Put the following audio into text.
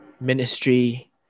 ministry